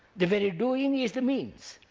the very doing is the means.